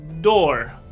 door